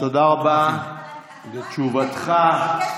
תודה רבה על תשובתך.